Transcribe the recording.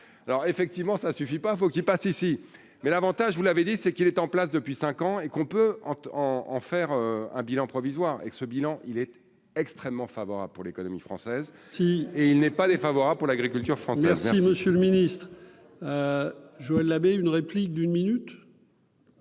alors effectivement ça suffit pas, faut qu'il passe ici, mais l'avantage vous l'avez dit, c'est qu'il est en place depuis 5 ans et qu'on peut en en faire un bilan provisoire et que ce bilan, il était extrêmement favorable pour l'économie française si et il n'est pas défavorable pour l'agriculture française. Si Monsieur le Ministre, Joël Labbé une réplique d'une minute.